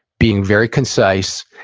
being very concise,